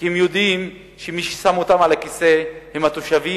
כי הם יודעים שמי ששם אותם על הכיסא זה התושבים,